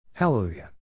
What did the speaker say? Hallelujah